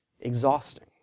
exhausting